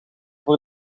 voor